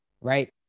right